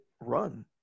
run